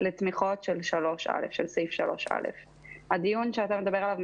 של סעיף 3א. הדיון שאתה מדבר עליו,